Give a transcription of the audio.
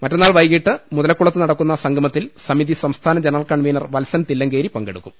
മറ്റന്നാൾ വൈകിട്ട് മുതലക്കുളത്ത് നടക്കുന്ന സംഗമത്തിൽ സമിതി സംസ്ഥാന ജനറൽ കൺവീനർ വത്സൻ തില്ലങ്കേരി പങ്കെടുക്കും